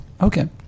Okay